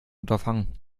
unterfangen